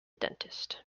dentist